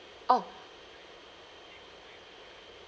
oh